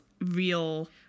real